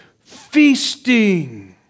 Feasting